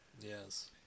Yes